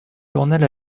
journal